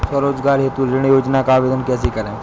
स्वरोजगार हेतु ऋण योजना का आवेदन कैसे करें?